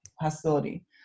hostility